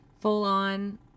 full-on